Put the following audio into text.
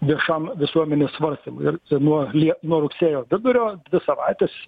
viešam visuomenės svarstymui ir nuo lie nuo rugsėjo vidurio dvi savaites